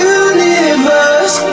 universe